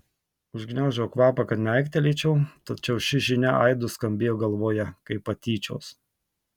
užgniaužiau kvapą kad neaiktelėčiau tačiau ši žinia aidu skambėjo galvoje kaip patyčios